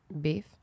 Beef